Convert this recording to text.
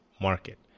market